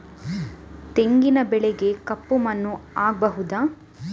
ತೆಂಗಿನ ಬೆಳೆಗೆ ಕಪ್ಪು ಮಣ್ಣು ಆಗ್ಬಹುದಾ?